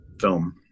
film